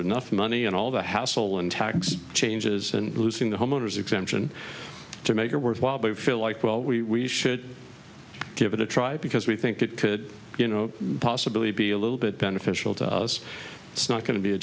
enough money and all the hassle and tax changes and boosting the homeowners exemption to make it worthwhile but feel like well we should give it a try because we think it could you know possibly be a little bit beneficial to us it's not going to be a